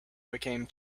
became